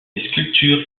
sculptures